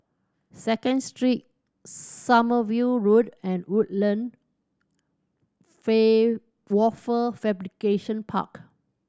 Second Street Sommerville Road and Woodland Wafer Fabrication Park